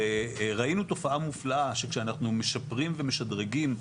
וראינו תופעה מופלאה שכשאנחנו משפרים ומשדרגים,